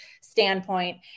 standpoint